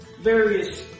various